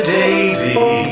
daisy